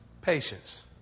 patience